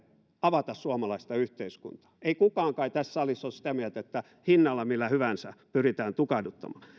avata suomalaista yhteiskuntaa ei kai kukaan tässä salissa ole sitä mieltä että hinnalla millä hyvänsä pyritään tukahduttamaan